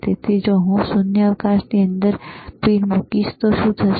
તેથી જો હું શૂન્યાવકાશની અંદર પિન મૂકીશ તો શું થશે